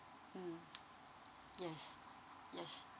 mm yes yes